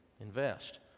invest